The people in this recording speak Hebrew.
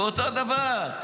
באותו דבר.